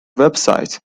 website